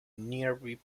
nearby